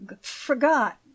forgot